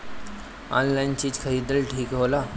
Online चीज खरीदल ठिक होला?